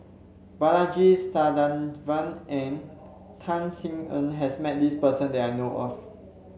Balaji Sadasivan and Tan Sin Aun has met this person that I know of